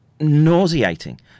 nauseating